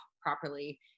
properly